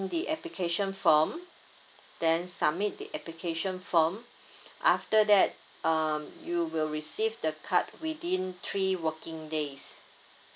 the application form then submit the application form after that um you will receive the card within three working days